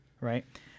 Right